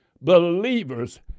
believers